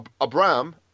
Abram